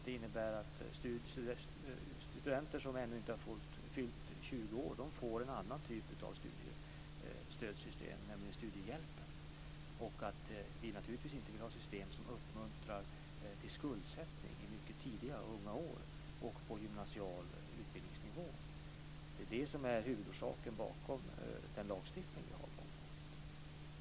Det innebär att studenter som ännu inte har fyllt 20 år får en annan typ av studiestöd, nämligen studiehjälpen. Vi vill naturligtvis inte ha ett system som uppmuntrar till skuldsättning vid mycket unga år och på gymnasial utbildningsnivå. Det är det som är huvudorsaken bakom den lagstiftning som vi har på området.